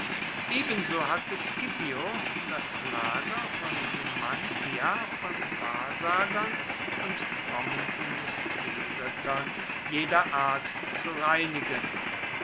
ebenso hatte scipio das lager von numantia von wahrsagern und frommen industrierittern jeder art zu reinigen